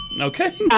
Okay